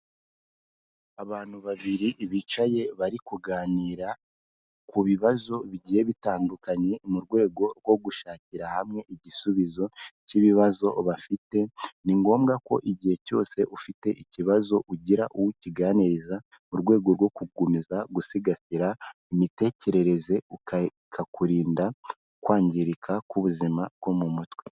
Abantu babiri bicaye bari kuganira ku bibazo bigiye bitandukanye mu rwego rwo gushakira hamwe igisubizo cy'ibibazo bafite, ni ngombwa ko igihe cyose ufite ikibazo ugira uwo ukiganiriza, mu rwego rwo gukomeza gusigasira imitekerereze, bikakurinda kwangirika k'ubuzima bwo mu mutwe.